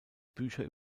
bücher